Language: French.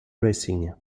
racing